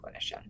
clinician